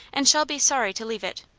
and shall be sorry to leave it.